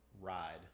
ride